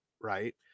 right